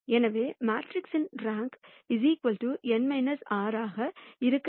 எனவே மேட்ரிக்ஸின் rank n r ஆக இருக்க வேண்டும்